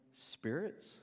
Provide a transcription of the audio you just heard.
spirits